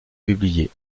publié